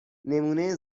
نمونه